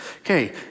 Okay